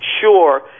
sure